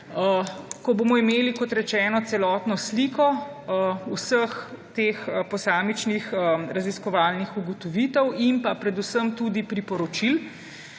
Ko bomo imeli celotno sliko vseh teh posamičnih raziskovalnih ugotovitev in predvsem tudi priporočil,